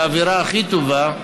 באווירה הכי טובה,